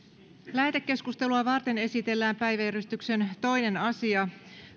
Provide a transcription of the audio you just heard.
lähetekeskustelua varten esitellään päiväjärjestyksen toinen asia